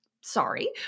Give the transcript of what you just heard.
sorry